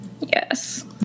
yes